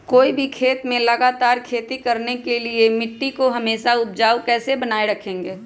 कोई भी खेत में लगातार खेती करने के लिए मिट्टी को हमेसा उपजाऊ कैसे बनाय रखेंगे?